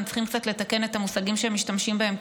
הם צריכים לתקן קצת את המושגים שהם משתמשים בהם,